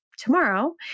Tomorrow